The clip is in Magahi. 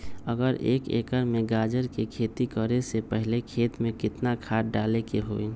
अगर एक एकर में गाजर के खेती करे से पहले खेत में केतना खाद्य डाले के होई?